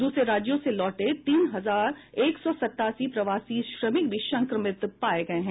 दूसरे राज्यों से लौटे तीन हजार एक सौ सत्तासी प्रवासी श्रमिक भी संक्रमित मिले हैं